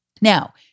Now